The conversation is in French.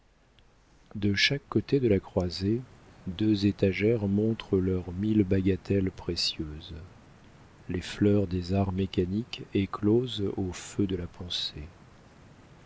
de chaque côté de la croisée deux étagères montrent leurs mille bagatelles précieuses les fleurs des arts mécaniques écloses au feu de la pensée